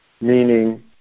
meaning